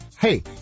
Hey